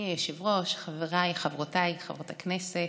חבריי וחברותיי חברות הכנסת,